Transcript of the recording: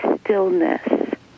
stillness